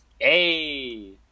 Hey